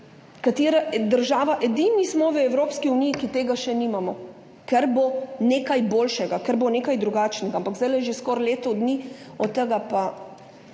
oskrba. Edini smo v Evropski uniji, ki tega še nimamo, ker bo nekaj boljšega, ker bo nekaj drugačnega, ampak zdajle je že skoraj leto dni od tega, pa